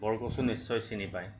বৰকচু নিশ্চয় চিনি পায়